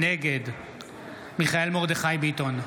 נגד מיכאל מרדכי ביטון,